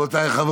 232)